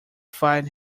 find